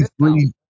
three